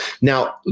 Now